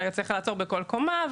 צריך לעצור בכל קומה,